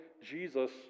Jesus